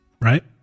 right